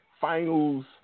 finals